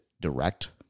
direct